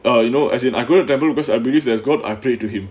uh you know as in I going to temple because I believe there's go~ I play to him